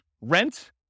rent